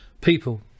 people